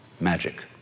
magic